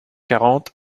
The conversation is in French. quarante